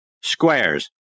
Squares